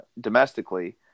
domestically